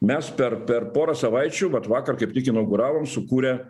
mes per per porą savaičių vat vakar kaip tik inauguravom sukūrę